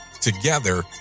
together